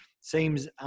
seems